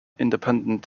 independent